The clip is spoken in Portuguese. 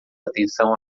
atenção